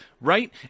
right